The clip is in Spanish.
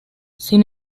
sin